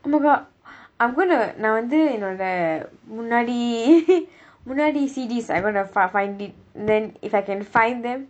oh my god I'm gonna நான் வந்து என்னோட முன்னாடி முன்னாடி:naan vanthu ennoda munnaadi munnaadi C_Ds I'm gonna fi~ find it then if I can find them